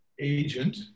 agent